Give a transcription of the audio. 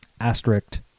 asterisk